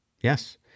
Yes